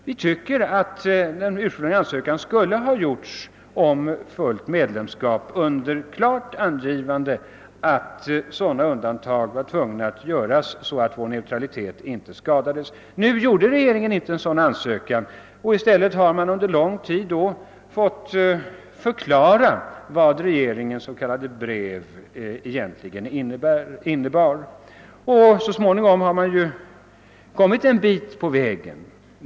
Enligt vår åsikt borde det från början ha lämnats in ansökan om fullt medlemskap under klart angivande av att sådana undantag måste göras att vår neutralitet inte skadas. Nu gjorde regeringen inte en sådan ansökan. I stället har regeringen under lång tid fått förklara vad dess s.k. brev egentligen innebar, och så småningom har man också kommit en bit på vägen.